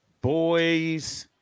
boys –